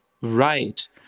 right